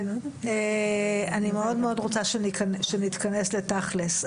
אני מאוד מאוד רוצה שנתכנס לתכל'ס.